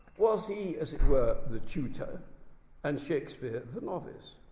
was he as it were the tutor and shakespeare the novice?